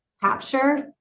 capture